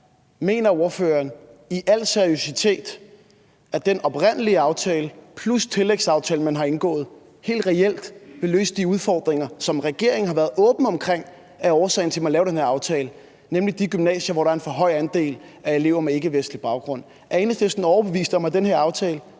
seriøsitet, at den oprindelige aftale plus tillægsaftalen, man har indgået, helt reelt vil løse de udfordringer, som regeringen har været åben omkring er årsagen til, at man laver den her aftale, nemlig de gymnasier, hvor der er en for høj andel af elever med ikkevestlig baggrund? Er Enhedslisten overbevist om, at den her aftale